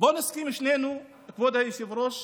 בוא נסכים שנינו, כבוד היושב-ראש,